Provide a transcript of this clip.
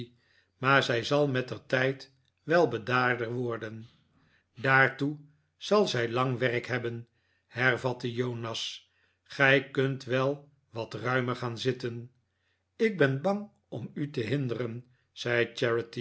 maar zij zal mettertijd wel bedaarder worden daartoe zal zij lang werk hebben hervatte jonas gij kunt wel wat ruimer gaan zitten ik ben bang om u te hinderen